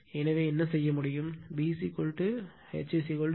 எனவே என்ன செய்ய முடியும் இந்த B H 0